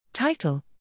Title